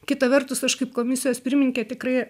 kita vertus aš kaip komisijos pirmininkė tikrai